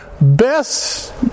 best